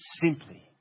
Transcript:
Simply